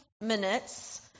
minutes